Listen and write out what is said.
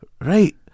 Right